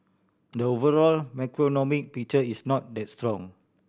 the overall macroeconomic picture is not that strong